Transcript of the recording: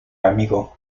amigo